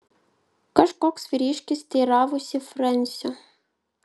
kažkoks vyriškis teiravosi frensio